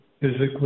physically